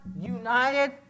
united